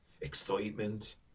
excitement